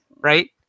right